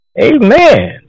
Amen